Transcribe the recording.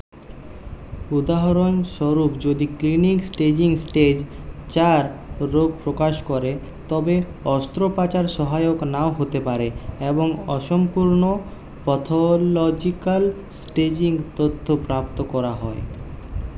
উদাহরণস্বরূপ যদি clinic staging stage যার রোগ প্রকাশ করে তবে অস্ত্রোপচার সহায়ক নাও হতে পারে এবং অসম্পূর্ণ প্যাথোলজিক্যাল স্টেজিং তথ্য প্রাপ্ত করা হয়